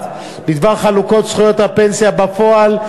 בדבר חלוקת זכויות הפנסיה בפועל,